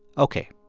ok,